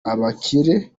abakire